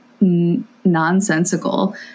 nonsensical